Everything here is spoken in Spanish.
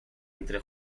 entre